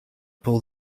pull